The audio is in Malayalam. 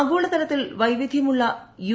ആഗോള തലത്തിൽ വൈവിദ്ധ്യമുള്ള യു